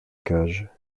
cage